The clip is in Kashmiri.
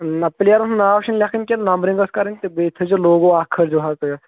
نہ پٕلیرَن ہُنٛد ناو چھِنہٕ لیکھُن کیٚنہہ نمبرِنٛگ ٲس کَرٕنۍ تہٕ بیٚیہِ تھٲیزیو لوگو اَکھ کھٲلۍزیو حظ تُہۍ اَتھ